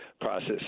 process